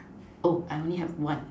oh I only have one